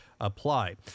apply